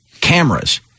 cameras